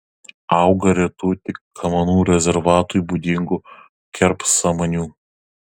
auga retų tik kamanų rezervatui būdingų kerpsamanių